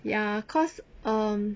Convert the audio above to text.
ya cause um